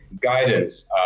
guidance